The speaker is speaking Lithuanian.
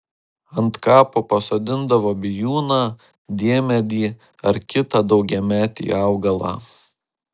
ant kapo pasodindavo bijūną diemedį ar kitą daugiametį augalą